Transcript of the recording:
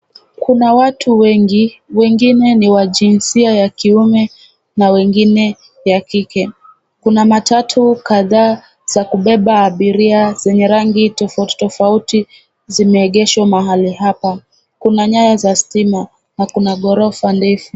Kuna watu wengi, wengine ni wa jinsia ya kiume na wengine ya kike. Kuna matatu kadhaa za kubeba abiria zenye rangi tofauti tofauti zimeegeshwa mahali hapa. Kuna nyaya za stima na kuna ghorofa ndefu.